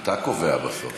אתה קובע בסוף.